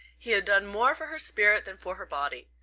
he had done more for her spirit than for her body.